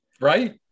Right